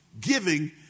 Giving